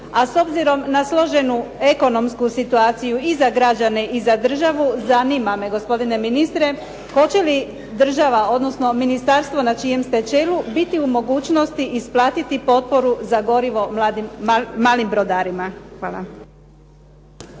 A s obzirom na složenu ekonomsku situaciju i za građane i za Hrvatsku, zanima me gospodine ministre, hoće li država, odnosno ministarstvo na čijem ste čelu biti u mogućnosti isplatiti potporu za gorivo malim brodarima? Hvala.